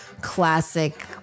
classic